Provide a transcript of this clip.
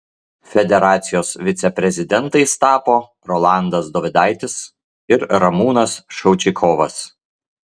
federacijos viceprezidentais tapo rolandas dovidaitis ir ramūnas šaučikovas